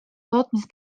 tootmise